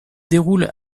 déroule